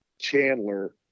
Chandler